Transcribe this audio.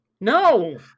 No